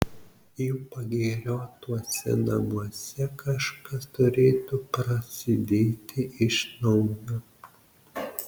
jų pagiriotuose namuose kažkas turėtų prasidėti iš naujo